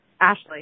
Ashley